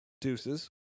Deuces